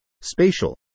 spatial